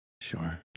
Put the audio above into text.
Sure